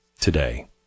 today